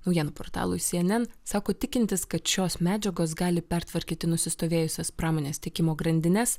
naujienų portalui cnn sako tikintis kad šios medžiagos gali pertvarkyti nusistovėjusias pramonės tiekimo grandines